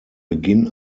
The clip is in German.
beginn